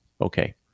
okay